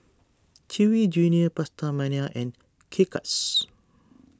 Chewy Junior PastaMania and K Cuts